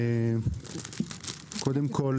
קודם כול,